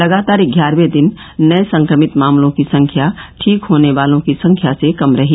लगातार ग्यारहवें दिन नए संक्रमित मामलों की संख्या ठीक होने वालों की संख्या से कम रही